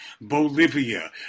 Bolivia